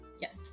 yes